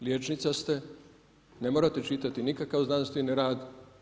Liječnica ste, ne morate čitati nikakav znanstveni rad.